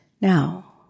Now